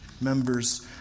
members